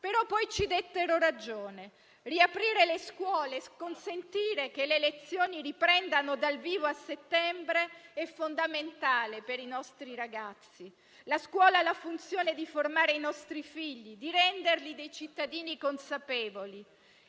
però poi ci dettero ragione. Riaprire le scuole e consentire che le lezioni riprendano dal vivo a settembre è fondamentale per i nostri ragazzi. La scuola ha la funzione di formare i nostri figli e di renderli dei cittadini consapevoli.